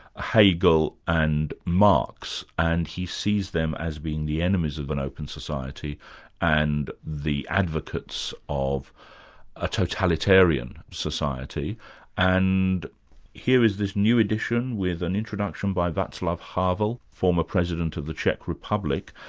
hegel and marx, and he sees them as being the enemies of an open society and the advocates of a totalitarian society and here is this new edition with an introduction by vaclav havel, former president of the czech republic,